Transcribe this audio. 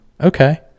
Okay